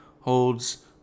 holds